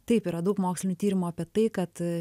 taip yra daug mokslinių tyrimų apie tai kad